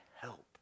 help